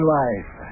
life